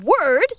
word